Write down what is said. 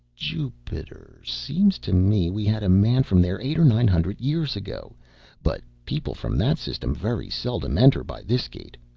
jupiter. seems to me we had a man from there eight or nine hundred years ago but people from that system very seldom enter by this gate.